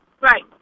Right